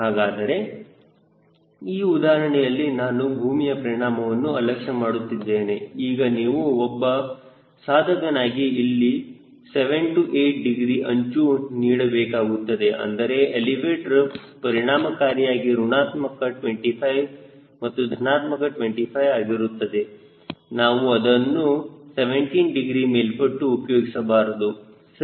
ಹಾಗಾದರೆ ಈ ಉದಾಹರಣೆಯಲ್ಲಿ ನಾನು ಭೂಮಿಯ ಪರಿಣಾಮವನ್ನು ಅಲಕ್ಷ್ಯ ಮಾಡುತ್ತಿದ್ದೇನೆಈಗ ನೀವು ಒಬ್ಬ ಒಬ್ಬ ಸಾಧಕನಾಗಿ ಇಲ್ಲಿ 7 8 ಡಿಗ್ರಿ ಅಂಚು ನೀಡಬೇಕಾಗುತ್ತದೆ ಅಂದರೆ ಎಲಿವೇಟರ್ ಪರಿಣಾಮಕಾರಿಯಾಗಿ ಋಣಾತ್ಮಕ 25 ಮತ್ತು ಧನಾತ್ಮಕ 25 ಆಗಿರುತ್ತದೆ ನಾವು ಅದನ್ನು 17 ಡಿಗ್ರಿ ಮೇಲ್ಪಟ್ಟು ಉಪಯೋಗಿಸಬಾರದು ಸರಿ